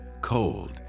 Cold